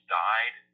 died